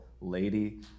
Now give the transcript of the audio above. lady